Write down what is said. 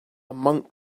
monk